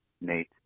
Nate